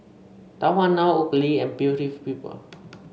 Tahuna Oakley and Beauty of People